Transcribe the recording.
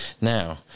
Now